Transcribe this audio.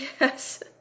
Yes